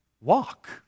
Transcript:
walk